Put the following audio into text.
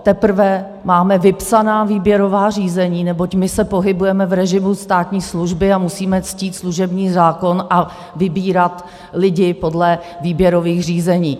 Teprve máme vypsaná výběrová řízení, neboť my se pohybujeme v režimu státní služby a musíme ctít služební zákon a vybírat lidi podle výběrových řízení.